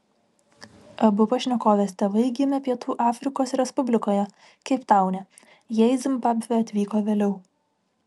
abu pašnekovės tėvai gimė pietų afrikos respublikoje keiptaune jie į zimbabvę atvyko vėliau